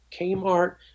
Kmart